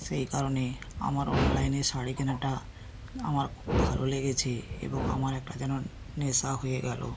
সেই কারণে আমার অনলাইনে শাড়ি কেনাটা আমার খুব ভালো লেগেছে এবং আমার একটা যেন নেশা হয়ে গেলো